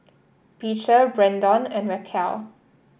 Beecher Brendon and Raquel